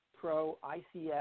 pro-ICF